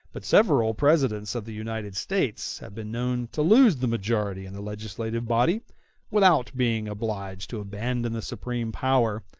but several presidents of the united states have been known to lose the majority in the legislative body without being obliged to abandon the supreme power,